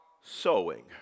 sowing